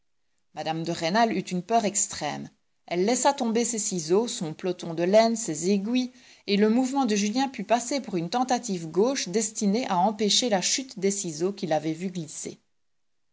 mme de rênal eut une peur extrême elle laissa tomber ses ciseaux son peloton de laine ses aiguilles et le mouvement de julien put passer pour une tentative gauche destinée à empêcher la chute des ciseaux qu'il avait vus glisser